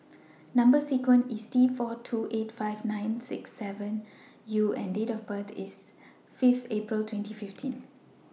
Number sequence IS T four two eight five six nine seven U and Date of birth IS Fifth April twenty fifteen